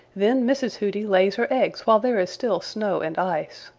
then mrs. hooty lays her eggs while there is still snow and ice.